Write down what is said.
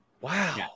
Wow